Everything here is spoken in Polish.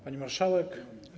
Pani Marszałek!